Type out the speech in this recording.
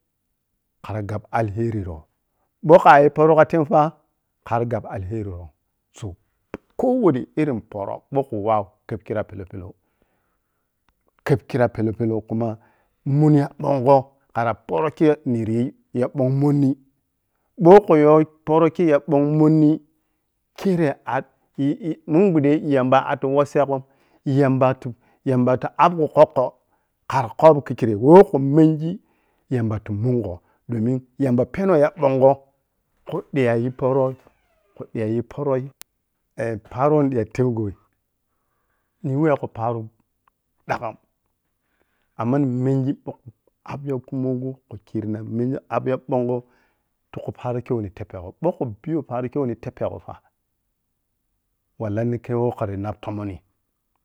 Khara gab alheriro ɓoh kayi foro kha tem fa kari gab alheriron soh. kowani irin foro kpoku waw keb khira belau-belan. keb khiri pelau-pelau- kuma munyabongho khara porole niriyi yabong monni boh hauyo poro khe yabong monni khire e-e e mun gbude- yamba atu wahsegon, yambati, yambati abgo kokko khara khobo khikere wohku mengi yambati mungoh domin yamba peno yabongho khudiya yi poro khuchiya yi poroz eh. paro weh niɓita tebgoi nhiyiwehgho paro dagham amma nimengi boh kwuh abya kumoyo khu khirina miya ab yabongho tokhu parokhei weh ni teppego kpoku biyo parokhei weh ni teppegofa walahi ninkhe weh khara nabtommoni